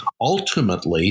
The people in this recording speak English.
ultimately